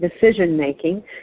decision-making